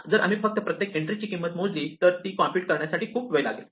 जर आम्ही फक्त प्रत्येक एंट्रीची किंमत मोजली तर ती कॉम्प्युट करण्यासाठी खूप वेळ लागेल